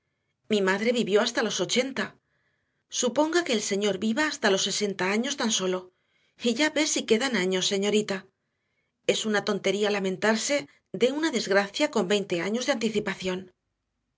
mi madre vivió hasta los ochenta suponga que el señor viva hasta los sesenta años tan sólo y ya ve si quedan años señorita es una tontería lamentarse de una desgracia con veinte años de anticipación